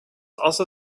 also